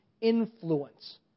influence